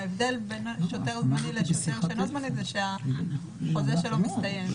ההבדל בין שוטר זמני לשוטר שאינו זמני זה שהחוזה שלו מסתיים.